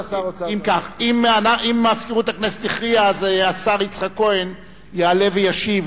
אם מזכירות הכנסת הכריעה אז השר יצחק כהן יעלה וישיב.